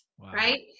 right